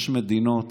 יש מדינות